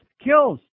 kills